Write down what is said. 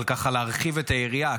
אבל להרחיב את היריעה,